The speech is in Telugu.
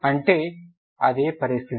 అంటే అదే పరిస్థితి